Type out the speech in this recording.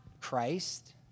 Christ